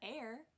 air